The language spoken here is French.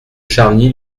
charny